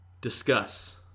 Discuss